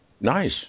nice